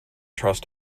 trust